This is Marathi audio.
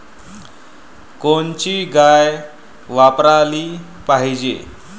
कोनची गाय वापराली पाहिजे?